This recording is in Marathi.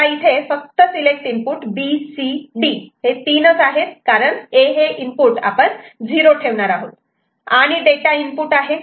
आता इथे फक्त select input B C D हे आहेत कारण A हे इनपुट कायम 0 आहे आणि डेटा इनपुट आहे